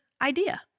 idea